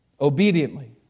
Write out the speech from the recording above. Obediently